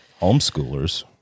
Homeschoolers